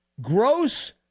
Gross